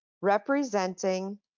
representing